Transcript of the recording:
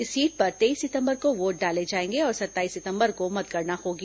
इस सीट पर तेईस सितंबर को वोट डाले जाएंगे और सत्ताईस सितंबर को मतगणना होगी